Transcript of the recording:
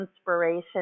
inspiration